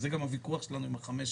זה גם הוויכוח שלנו עם ה-5 שנים,